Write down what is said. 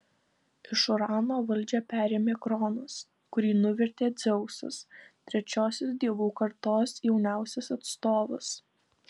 iš urano valdžią perėmė kronas kurį nuvertė dzeusas trečiosios dievų kartos jauniausias atstovas